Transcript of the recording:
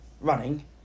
running